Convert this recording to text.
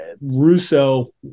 Russo